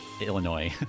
Illinois